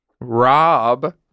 Rob